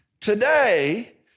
Today